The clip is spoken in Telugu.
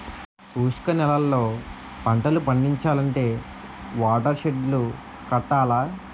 శుష్క నేలల్లో పంటలు పండించాలంటే వాటర్ షెడ్ లు కట్టాల